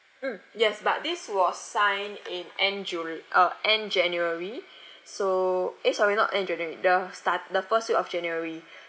mm yes but this was signed in end jul~ uh end january so eh sorry not end january the start the first week of january